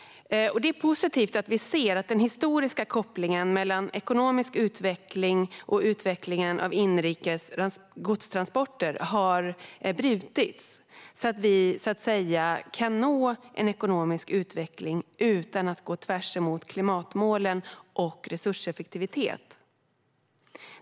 Det är positivt att den historiska kopplingen mellan ekonomisk utveckling och utvecklingen av inrikes godstransporter har brutits, så att vi kan nå en ekonomisk utveckling utan att gå tvärtemot klimatmålen och ambitionen om resurseffektivitet.